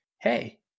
Hey